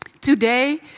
Today